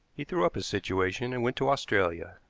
he threw up his situation and went to australia.